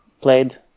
played